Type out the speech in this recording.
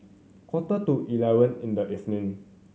quarter to eleven in the evening